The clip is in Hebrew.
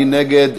מי שנגד,